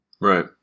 Right